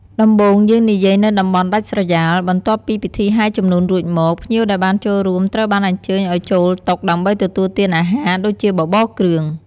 ដំបូងយើងនិយាយនៅតំបន់ដាច់ស្រយាល បន្ទាប់ពីពិធីហែជំនូនរួចមក ភ្ញៀវដែលបានចូលរួមត្រូវបានអញ្ជើញអោយចូលតុដើម្បីទទួលទានអាហារ ដូចជាបបរគ្រឿង។